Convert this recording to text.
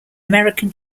american